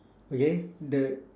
okay the